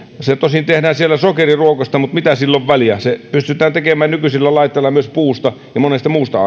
se tosin tehdään siellä sokeriruoosta mutta mitä sillä on väliä se pystytään tekemään nykyisillä laitteilla myös puusta ja monesta muusta